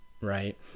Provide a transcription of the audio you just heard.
Right